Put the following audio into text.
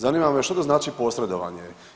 Zanima me što to znači posredovanje?